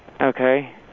okay